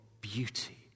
Beauty